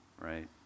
right